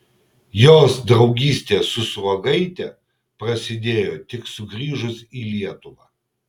jos draugystė su sruogaite prasidėjo tik sugrįžus į lietuvą